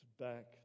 back